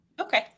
Okay